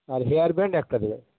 আর hair band একটা দেবে